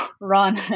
run